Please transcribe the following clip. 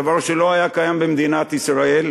דבר שלא היה קיים במדינת ישראל.